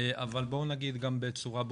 אבל בואו נגיד גם בצורה ברורה,